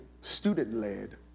student-led